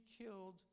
killed